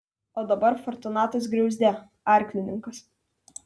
o dabar fortunatas griauzdė arklininkas